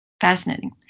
Fascinating